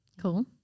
Cool